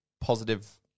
positive